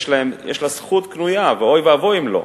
יש לה זכות קנויה, ואוי ואבוי אם לא,